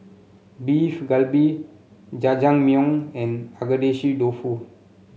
Beef Galbi Jajangmyeon and Agedashi Dofu